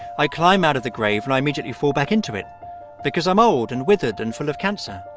i climb out of the grave and i immediately fall back into it because i'm old and withered and full of cancer.